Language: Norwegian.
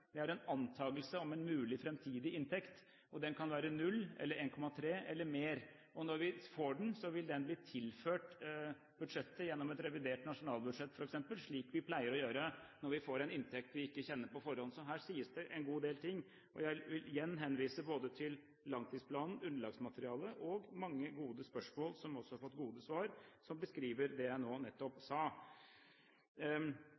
Det er en antakelse om en mulig, framtidig inntekt. Den kan være 0 kr eller 1,3 mrd. kr eller mer. Når vi får den, vil den bli tilført budsjettet gjennom f.eks. et revidert nasjonalbudsjett, slik det pleier å være når vi får en inntekt vi ikke kjenner på forhånd. Her sies det en god del ting – og jeg vil igjen henvise både til langtidsplanen, underlagsmaterialet og mange gode spørsmål, som også har fått gode svar, som beskriver det jeg nå nettopp